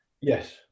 Yes